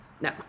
no